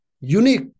unique